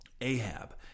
Ahab